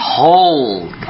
hold